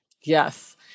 Yes